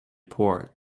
port